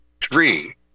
three